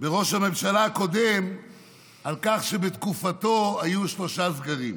בראש הממשלה הקודם שבתקופתו היו שלושה סגרים.